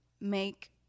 make